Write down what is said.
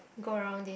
go around it